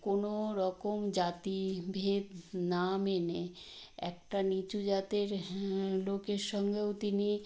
কোনোরকম জাতিভেদ না মেনে একটা নীচু জাতের লোকের সঙ্গেও তিনি